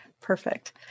Perfect